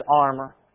armor